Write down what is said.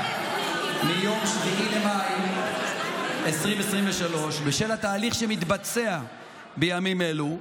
ביום 7 במאי 2023. בשל התהליך שמתבצע בימים אלו,